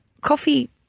coffee